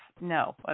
No